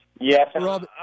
Yes